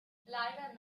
leider